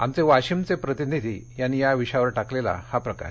आमचे वाशिमचे प्रतिनिधी यांनी या विषयावर टाकलेला हा प्रकाश